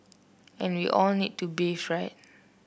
and we all need to bathe right